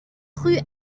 rue